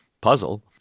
puzzle